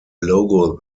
logo